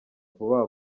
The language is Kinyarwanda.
vuba